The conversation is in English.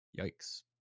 Yikes